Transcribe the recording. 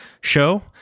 show